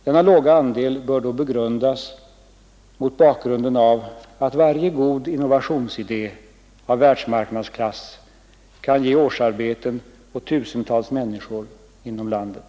Denna låga andel bör begrundas mot bakgrunden att varje god innovationsidé av världsmarknadsklass kan ge årsarbete åt tusentals människor inom landet.